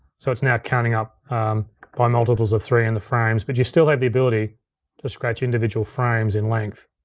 so it's now counting up by multiples of three in the frames. but you still have the ability to scratch individual frames in length.